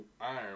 iron